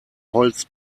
holz